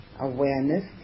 awareness